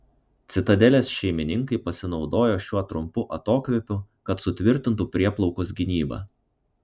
citadelės šeimininkai pasinaudojo šiuo trumpu atokvėpiu kad sutvirtintų prieplaukos gynybą